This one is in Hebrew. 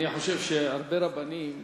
אני חושב שהרבה רבנים,